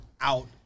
out